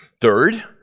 Third